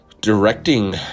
directing